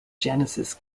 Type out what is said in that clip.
genesis